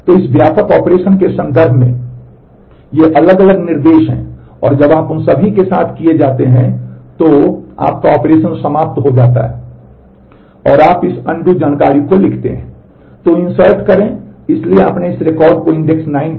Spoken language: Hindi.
तो इस व्यापक ऑपरेशन के संदर्भ में ये अलग अलग निर्देश हैं और जब आप उन सभी के साथ किए जाते हैं तो आपका ऑपरेशन समाप्त हो जाता है और आप इस अनडू जानकारी को लिखते हैं